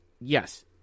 yes